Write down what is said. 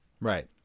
Right